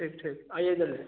ठीक ठीक आइए जल्दी